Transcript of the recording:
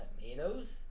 tomatoes